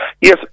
Yes